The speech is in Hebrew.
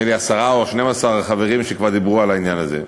נדמה לי עשרה או 12 חברים שכבר דיברו על העניין הזה.